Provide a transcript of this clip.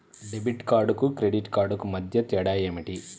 Debit కార్డుకు credit credit కార్డుకు మధ్య తేడా ఏమిటీ?